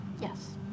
Yes